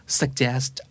suggest